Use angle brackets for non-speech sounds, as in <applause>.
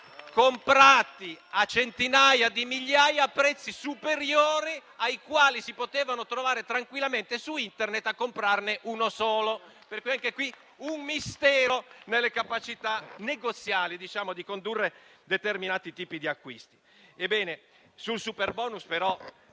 comprati a centinaia di migliaia a prezzi superiori rispetto a quelli che si potevano trovare tranquillamente su Internet, comprandone uno solo. <applause> Questo è un mistero nelle capacità negoziali di condurre determinati tipi di acquisti.